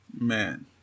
Man